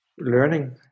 learning